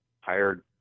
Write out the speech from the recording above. hired